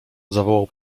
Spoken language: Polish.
zawołał